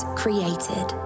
created